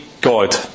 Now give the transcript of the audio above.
God